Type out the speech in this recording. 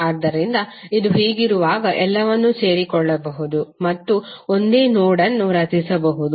ಆದ್ದರಿಂದ ಇದು ಹೀಗಿರುವಾಗ ಎಲ್ಲವನ್ನೂ ಸೇರಿಕೊಳ್ಳಬಹುದು ಮತ್ತು ಒಂದೇ ನೋಡ್ ಅನ್ನು ರಚಿಸಬಹುದು